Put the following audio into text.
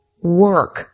work